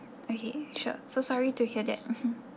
okay sure so sorry to hear that mmhmm